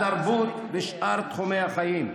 התרבות ושאר תחומי החיים.